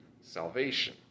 salvation